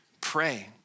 pray